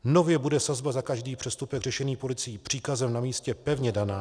Nově bude sazba za každý přestupek řešení policií příkazem na místě pevně daná.